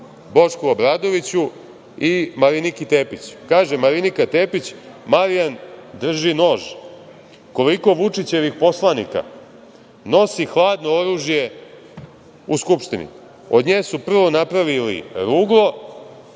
Bošku Obradoviću i Mariniki Tepić. Kaže Marinika Tepić: „Marijan drži nož. Koliko Vučićevih poslanika nosi hladno oružje u Skupštini? Od nje su prvo napravili ruglo,